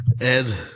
Ed